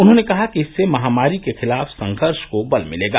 उन्होंने कहा कि इससे महामारी के खिलाफ संघर्ष को बल मिलेगा